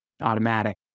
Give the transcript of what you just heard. Automatic